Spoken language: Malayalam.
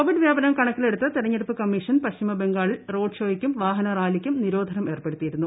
കോവിഡ് വ്യാപനം കണക്കിലെടുത്ത് തെരഞ്ഞെടുപ്പ് കമ്മീഷൻ പശ്ചിമ ബംഗാളിൽ റോഡ്ഷോയ്ക്കും വാഹന റാലിക്കും നിരോധനം ഏർപ്പെടുത്തിയിരുന്നു